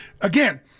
Again